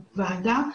הוועדה.